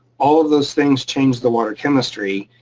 all of those things change the water chemistry,